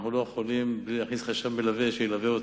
אנחנו לא יכולים בלי חשב מלווה שילווה אותה.